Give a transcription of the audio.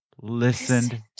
listened